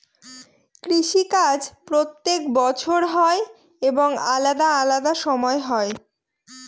কৃষি কাজ প্রত্যেক বছর হয় এবং আলাদা আলাদা সময় হয়